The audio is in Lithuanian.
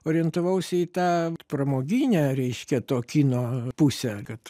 orientavausi į tą pramoginę reiškia to kino pusę kad